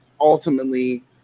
ultimately